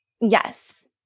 Yes